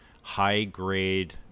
high-grade